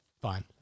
Fine